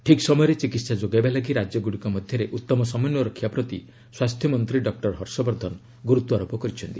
ଠିକ୍ ସମୟରେ ଚିକିତ୍ସା ଯୋଗାଇବା ଲାଗି ରାଜ୍ୟଗୁଡ଼ିକ ମଧ୍ୟରେ ଉତ୍ତମ ସମନ୍ୱୟ ରକ୍ଷା ପ୍ରତି ସ୍ୱାସ୍ଥ୍ୟ ମନ୍ତ୍ରୀ ଡକ୍କର ହର୍ଷବର୍ଦ୍ଧନ ଗୁରୁତ୍ୱାରୋପ କରିଛନ୍ତି